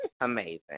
amazing